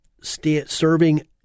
serving